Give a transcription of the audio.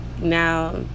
Now